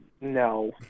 No